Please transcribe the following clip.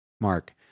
Mark